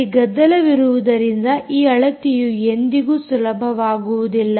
ಅಲ್ಲಿ ಗದ್ದಲವಿರುವುದರಿಂದ ಈ ಅಳತೆಯು ಎಂದಿಗೂ ಸುಲಭವಾಗುವುದಿಲ್ಲ